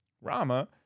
Rama